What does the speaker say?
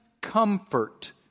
comfort